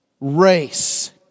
race